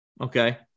Okay